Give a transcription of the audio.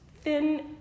thin